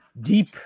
deep